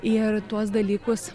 ir tuos dalykus